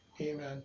Amen